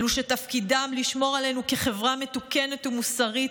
אלו שתפקידם לשמור עלינו כחברה מתוקנת ומוסרית,